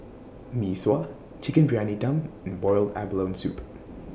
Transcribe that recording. Mee Sua Chicken Briyani Dum and boiled abalone Soup